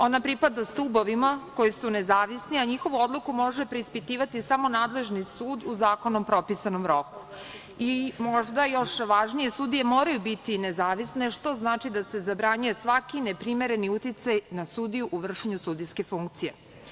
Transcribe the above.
Ona pripada stubovima koji su nezavisni, a njihovu odluku može preispitivati samo nadležni sud u zakonom propisanom roku i možda još važnije, sudije moraju biti nezavisne što znači da se zabranjuje svaki neprimereni uticaj na sudiju u vršenju sudijske funkcije.